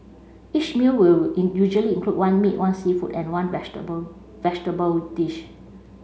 each meal will usually include one meat one seafood and one vegetable vegetable dish